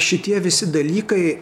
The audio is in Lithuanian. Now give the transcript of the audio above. šitie visi dalykai